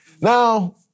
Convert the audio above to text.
Now